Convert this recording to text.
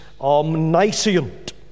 omniscient